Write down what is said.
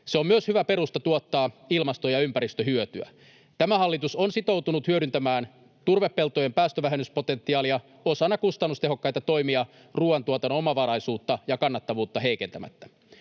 Se on myös hyvä perusta tuottaa ilmasto- ja ympäristöhyötyä. Tämä hallitus on sitoutunut hyödyntämään turvepeltojen päästövähennyspotentiaalia osana kustannustehokkaita toimia ruuantuotannon omavaraisuutta ja kannattavuutta heikentämättä.